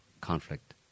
conflict